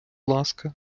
ласка